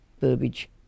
burbage